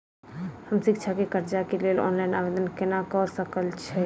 हम शिक्षा केँ कर्जा केँ लेल ऑनलाइन आवेदन केना करऽ सकल छीयै?